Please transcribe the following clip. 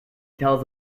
tells